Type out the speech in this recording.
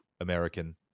American